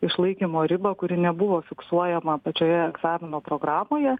išlaikymo ribą kuri nebuvo fiksuojama pačioje egzamino programoje